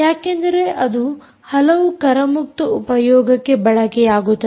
ಯಾಕೆಂದರೆ ಅದು ಹಲವು ಕರಮುಕ್ತ ಉಪಯೋಗಕ್ಕೆ ಬಳಕೆಯಾಗುತ್ತದೆ